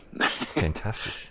Fantastic